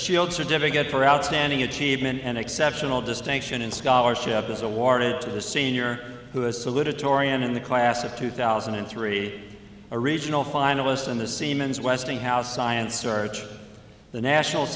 shield certificate for outstanding achievement and exceptional distinction in scholarship was awarded to the senior who us a little tory in the class of two thousand and three a regional finalist in the siemens westinghouse science search the national